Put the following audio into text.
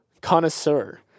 connoisseur